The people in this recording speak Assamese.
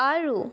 আৰু